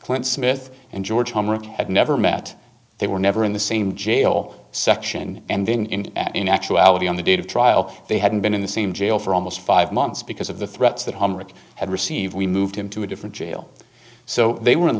clint smith and george palmer had never met they were never in the same jail section and then in actuality on the date of trial they hadn't been in the same jail for almost five months because of the threats that home rick had received we moved him to a different jail so they were